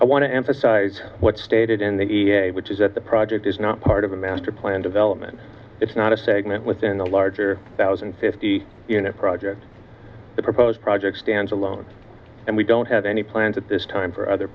i want to emphasize what stated in the a which is at the project is not part of a master plan development it's not a segment within the larger thousand and fifty unit project the proposed project stands alone and we don't have any plans at this time for other